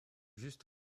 juste